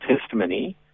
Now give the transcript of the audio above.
testimony